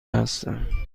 هستم